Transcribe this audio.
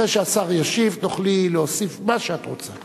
אחרי שהשר ישיב תוכלי להוסיף מה שאת רוצה.